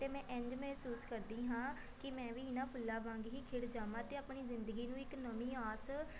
ਅਤੇ ਮੈਂ ਇੰਝ ਮਹਿਸੂਸ ਕਰਦੀ ਹਾਂ ਕਿ ਮੈਂ ਵੀ ਇਹਨਾਂ ਫੁੱਲਾਂ ਵਾਂਗ ਹੀ ਖਿੜ ਜਾਵਾਂ ਅਤੇ ਆਪਣੀ ਜ਼ਿੰਦਗੀ ਨੂੰ ਇੱਕ ਨਵੀਂ ਆਸ